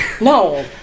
no